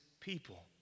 people